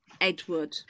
Edward